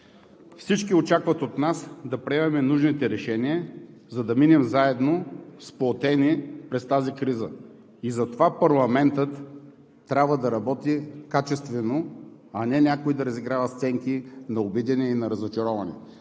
Всички очакват от нас да приемем нужните решения, за да минем заедно, сплотени през тази криза. Затова парламентът трябва да работи качествено, а не някой да разиграва сценки на обидени и на разочаровани.